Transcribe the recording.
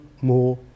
more